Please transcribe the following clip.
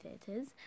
theaters